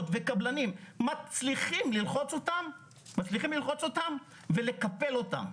וקבלנים מצליחים ללחוץ אותם ולקפל אותם.